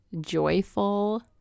joyful